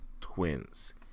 Twins